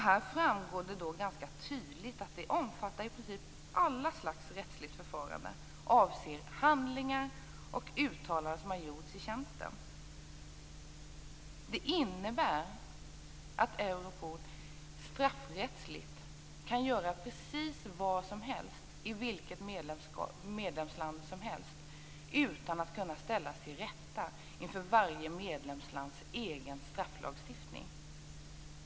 Här framgår det ganska tydligt att det i princip omfattar allt slags rättsligt förfarande vad avser handlingar och uttalanden som har gjorts i tjänsten. Det innebär att Europol straffrättsligt kan göra precis vad som helst i vilket medlemsland som helst utan att kunna ställas inför rätta enligt varje medlemslands egen strafflagstiftning.